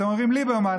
אתם אומרים "ליברמן",